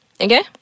okay